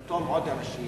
ולרתום עוד אנשים,